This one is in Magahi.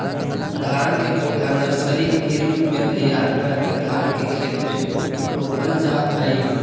धान के पौधा नर्सरी के रूप में तैयार करके धान के खेत में रोपल जा हइ